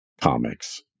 comics